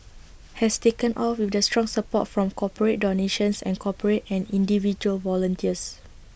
has taken off with the strong support from corporate donations and corporate and individual volunteers